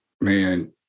man